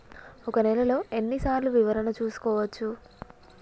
ఒక నెలలో ఎన్ని సార్లు వివరణ చూసుకోవచ్చు?